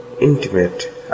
intimate